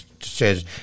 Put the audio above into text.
says